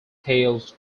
tailed